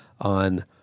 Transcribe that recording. on